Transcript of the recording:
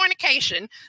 fornication